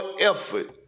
effort